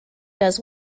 does